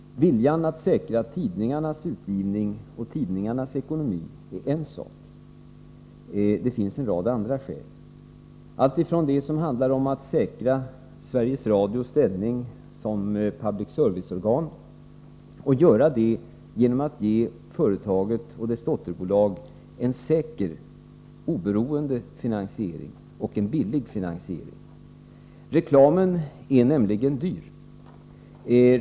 Viljan att säkra tidningarnas utgivning och tidningarnas ekonomi är en sak. Det finns en rad andra skäl, alltifrån det som handlar om att säkra Sveriges Radios ställning som public service-organ genom att ge företaget och dess dotterbolag en säker, oberoende och billig finansiering. Reklamen är nämligen dyr.